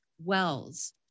wells